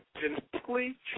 Genetically